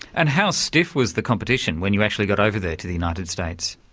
and how stiff was the competition when you actually got over there to the united states?